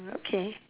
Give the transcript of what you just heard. okay